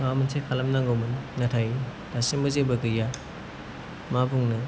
माबा मोनसे खालाम नांगौमोन नाथाय दासिमबो जेबो गैया मा बुंनो